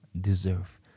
deserve